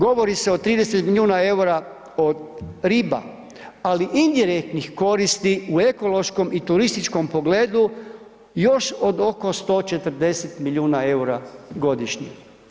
Govori se 30 milijuna eura od riba, ali indirektnih koristi u ekološkom i turističkom pogledu još od oko 140 milijuna eura godišnje.